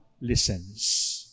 listens